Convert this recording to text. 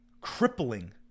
crippling